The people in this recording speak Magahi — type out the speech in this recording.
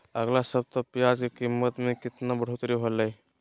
अगला सप्ताह प्याज के कीमत में कितना बढ़ोतरी होलाय?